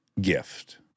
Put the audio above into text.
gift